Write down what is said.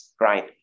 right